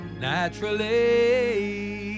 naturally